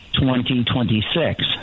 2026